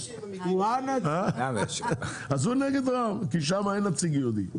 אז הוא נגד רע"מ כי שם אין נציג יהודי.